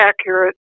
accurate